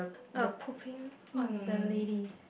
uh pooping on the lady